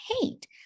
hate